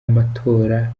amatora